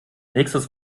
nächstes